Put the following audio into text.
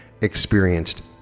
experienced